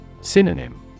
Synonym